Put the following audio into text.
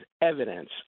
evidence